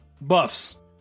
Buffs